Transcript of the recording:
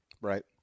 Right